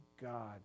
God